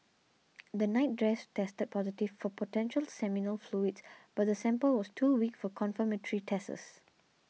the nightdress tested positive for potential seminal fluids but the sample was too weak for confirmatory tests